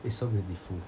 it's so beautiful